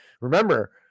Remember